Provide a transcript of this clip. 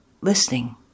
listening